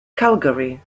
calgary